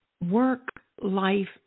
work-life